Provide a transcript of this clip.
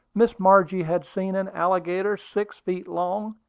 miss margie had seen an alligator six feet long,